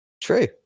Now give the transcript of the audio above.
True